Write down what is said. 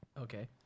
Okay